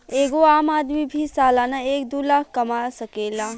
एगो आम आदमी भी सालाना एक दू लाख कमा सकेला